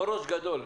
או ראש גדול.